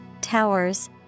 towers